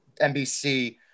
NBC